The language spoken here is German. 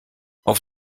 auf